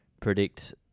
predict